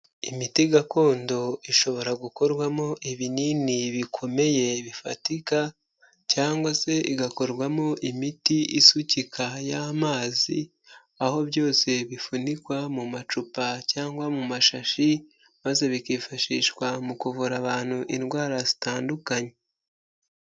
Imiti gakondo ishobora gukorwamo ibinini bikomeye bifatika, cyangwa se igakorwamo imiti isukika y'amazi, aho byose bifunikwa mu macupa cyangwa mu mashashi, maze bikifashishwa mu kuvura abantu indwara zitandukanye.